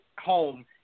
home